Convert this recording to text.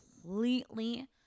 completely